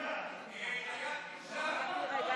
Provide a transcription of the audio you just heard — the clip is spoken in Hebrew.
עבד פה.